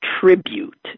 tribute